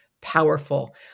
powerful